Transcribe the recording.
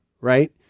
right